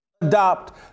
adopt